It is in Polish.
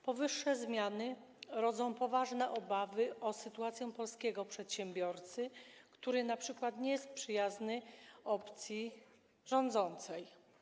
Powyższe zmiany rodzą poważne obawy o sytuację polskiego przedsiębiorcy, który np. nie jest przyjazny opcji rządzącej.